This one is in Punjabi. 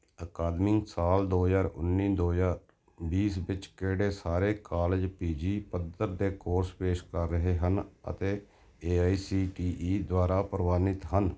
ਅਕਾਦਮਿਕ ਸਾਲ ਦੋ ਹਜ਼ਾਰ ਉੱਨੀ ਦੋ ਹਜ਼ਾਰ ਬੀਸ ਵਿੱਚ ਕਿਹੜੇ ਸਾਰੇ ਕਾਲਜ ਪੀ ਜੀ ਪੱਧਰ ਦੇ ਕੋਰਸ ਪੇਸ਼ ਕਰ ਰਹੇ ਹਨ ਅਤੇ A I C T E ਦੁਆਰਾ ਪ੍ਰਵਾਨਿਤ ਹਨ